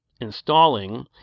installing